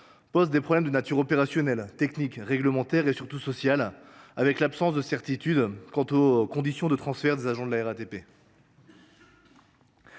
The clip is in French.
pose des problèmes de nature opérationnelle, technique, réglementaire et surtout sociale, avec l’absence de certitude quant aux conditions de transfert des agents de la RATP.